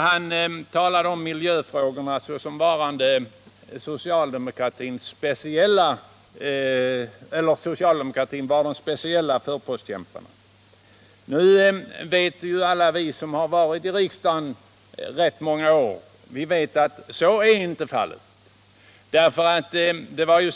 Han påstod nämligen att socialdemokraterna var de speciella förpostkämparna för miljöfrågorna. Men alla vi som har tillhört riksdagen i många år vet att så inte är fallet. Det var egentligen